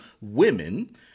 women